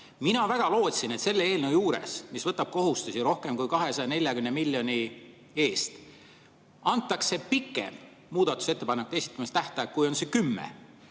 Mina väga lootsin, et selle eelnõu puhul, mis võtab kohustusi rohkem kui 240 miljoni eest, antakse pikem muudatusettepanekute esitamise tähtaeg, kui on see kümme.